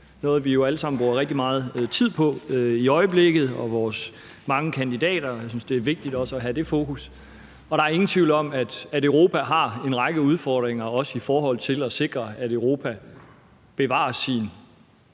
kandidater jo alle sammen bruger rigtig meget tid på i øjeblikket. Jeg synes, det er vigtigt også at have det fokus. Der er ingen tvivl om, at Europa har en række udfordringer, også i forhold til at sikre, at Europa bevarer sin